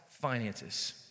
finances